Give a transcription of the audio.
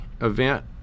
event